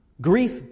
Grief